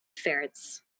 ferrets